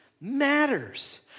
matters